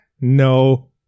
no